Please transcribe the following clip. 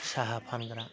साहा फानग्रा